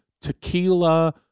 tequila